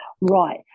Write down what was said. right